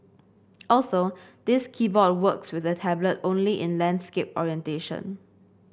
also this keyboard works with the tablet only in landscape orientation